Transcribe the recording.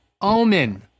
Omen